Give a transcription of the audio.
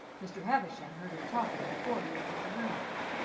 mr. havisham heard him talking before he entered the room.